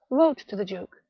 wrote to the duke,